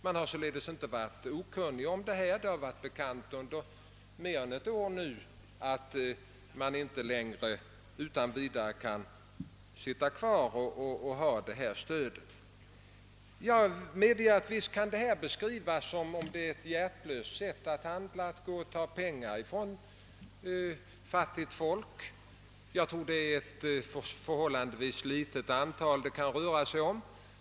Man har således inte varit okunnig om detta. Det har varit bekant under mer än ett år att en jordbrukare inte längre utan vidare kan sitta kvar och få detta stöd. Jag medger att detta kan beskrivas som ett hjärtlöst sätt att ta pengar från fattiga människor. Men jag har ju inte följt jordbruksutredningen, och flertalet småbrukare får behålla bidraget. Men jag tror de som blir utanför utgör ett förhållandevis litet antal.